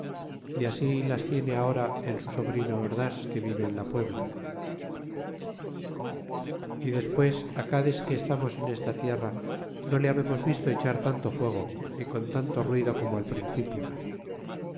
é así las tiene ahora un su sobrino ordás que vive en la puebla y despues acá desque estamos en esta tierra no le babemos visto echar tanto fuego ni con tanto ruido como al principio